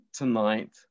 tonight